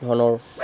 ধৰণৰ